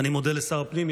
אני מודה לשר הפנים.